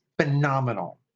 phenomenal